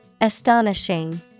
Astonishing